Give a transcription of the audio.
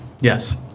yes